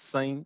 Sem